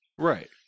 Right